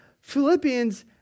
Philippians